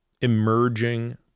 emerging